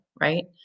right